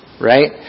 right